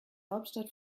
hauptstadt